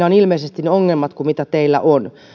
on ilmeisesti ne ongelmat mitä teillä on